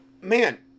man